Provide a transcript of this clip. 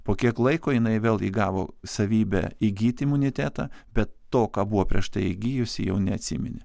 po kiek laiko jinai vėl įgavo savybę įgyti imunitetą bet to ką buvo prieš tai įgijusi jau neatsiminė